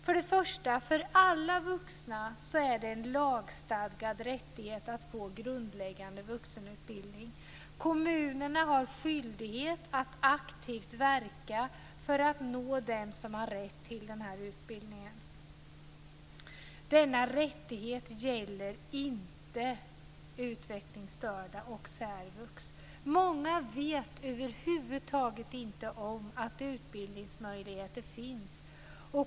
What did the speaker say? För det första är det en lagstadgad rättighet för alla vuxna att få grundläggande vuxenutbildning. Kommunerna har skyldighet att aktivt verka för att nå dem som har rätt till den här utbildningen. Denna rättighet gäller inte utvecklingsstörda och särvux. Många vet över huvud taget inte om att utbildningsmöjligheter finns.